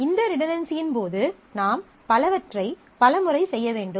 எனவே இந்த ரிடன்டன்சியின் போது நாம் பலவற்றை பல முறை செய்ய வேண்டும்